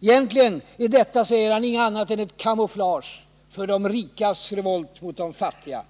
Egentligen är detta, säger Galbraith, inget annat än ett kamouflage för de rikas revolt mot de fattiga.